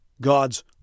God's